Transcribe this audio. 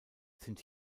sind